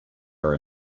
are